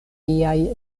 liaj